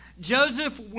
Joseph